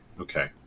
Okay